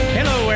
Hello